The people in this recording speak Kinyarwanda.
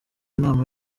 inama